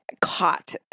Caught